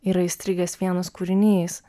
yra įstrigęs vienas kūrinys